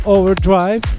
Overdrive